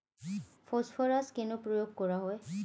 Phosphorus কেন প্রয়োগ করা হয়?